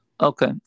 okay